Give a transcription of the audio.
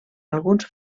alguns